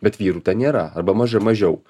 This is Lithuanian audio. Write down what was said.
bet vyrų ten nėra arba mažai mažiau